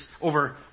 over